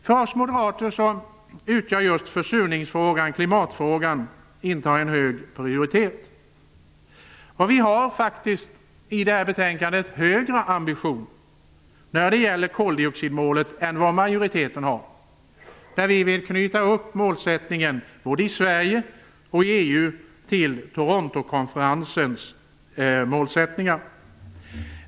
För oss moderater har just försurningsfrågan och klimatfrågan en hög prioritet. Vi har högre ambitioner än majoriteten i utskottet när det gäller koldioxidmålet. Vi vill knyta upp målsättningen i Sverige och i EU till Torontokonferensens målsättningar.